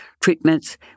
treatments